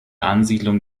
ansiedlung